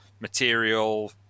material